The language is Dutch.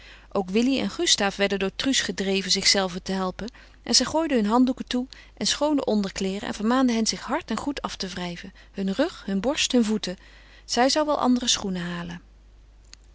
ook willy en gustaaf werden door truus gedreven zichzelven te helpen en zij gooide hun handdoeken toe en schoone onderkleêren en vermaande hen zich hard en goed af te wrijven hun rug hun borst hun voeten zij zou wel andere schoenen halen